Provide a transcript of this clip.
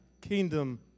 kingdom